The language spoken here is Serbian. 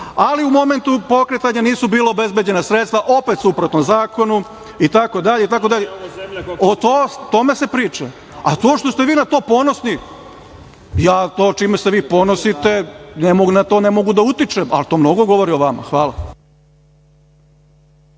ali u momentu pokretanja nisu bila obezbeđena sredstva, opet suprotno zakonu, itd, itd. To što ste vi na to ponosni. Čime se vi ponosite ne mogu na to da utičem. To mnogo govori o vama. Hvala.